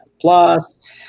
plus